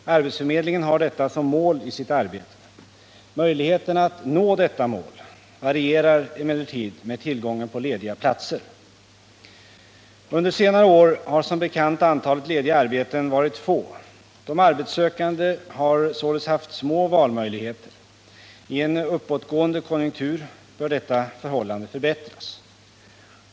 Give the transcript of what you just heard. Arbetsförmedlingen har detta som mål i sitt arbete. Möjligheterna att nå detta mål varierar emellertid med tillgången på lediga arbeten. Under senare år har som bekant antalet lediga arbeten varit få. De arbetssökande har således haft små valmöjligheter. I en uppåtgående konjunktur bör detta förhållande förbättras.